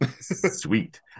Sweet